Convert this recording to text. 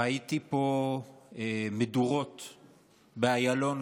ראיתי פה מדורות באיילון,